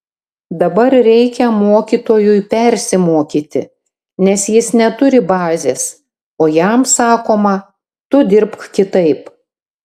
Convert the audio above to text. dabar reikia mokytojui persimokyti nes jis neturi bazės o jam sakoma tu dirbk kitaip